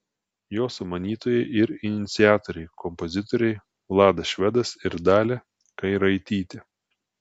jo sumanytojai ir iniciatoriai kompozitoriai vladas švedas ir dalia kairaitytė